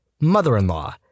Mother-in-law